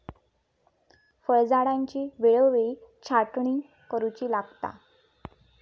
फळझाडांची वेळोवेळी छाटणी करुची लागता